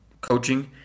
coaching